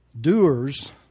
doers